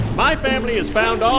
my family is found all